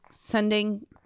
sending